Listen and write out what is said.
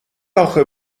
آخه